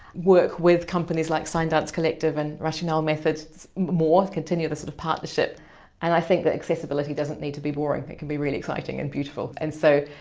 work with companies like sign dance collective and rationale method more, continue the sort of partnership and i think that accessibility doesn't need to be boring, it can be really exciting and beautiful. and so,